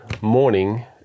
morning